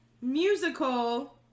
musical